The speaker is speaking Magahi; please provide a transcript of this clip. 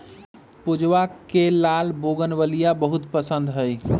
पूजवा के लाल बोगनवेलिया बहुत पसंद हई